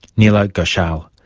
neela ghoshal.